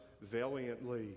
valiantly